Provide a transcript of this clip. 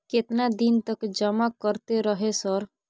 केतना दिन तक जमा करते रहे सर?